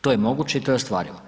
To je moguće i to je ostvarivo.